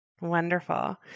Wonderful